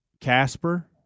Casper